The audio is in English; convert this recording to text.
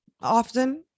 often